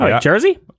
Jersey